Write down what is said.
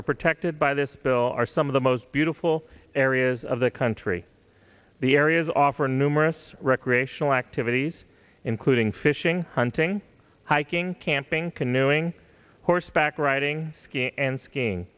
are protected by this bill are some of the most beautiful areas of the country the areas offer numerous recreational activities including fishing hunting hiking camping canoeing horseback riding skiing and skiing